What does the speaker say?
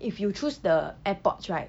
if you choose the AirPods right